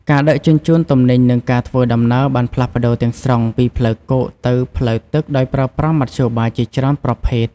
ការដឹកជញ្ជូនទំនិញនិងការធ្វើដំណើរបានផ្លាស់ប្តូរទាំងស្រុងពីផ្លូវគោកទៅផ្លូវទឹកដោយប្រើប្រាស់មធ្យោបាយជាច្រើនប្រភេទ។